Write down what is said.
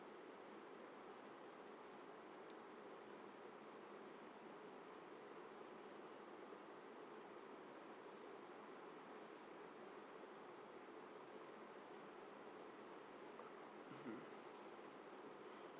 mmhmm